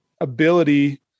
ability